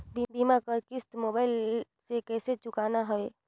बीमा कर किस्त मोबाइल से कइसे चुकाना हवे